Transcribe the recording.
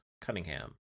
Cunningham